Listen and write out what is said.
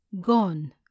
Gone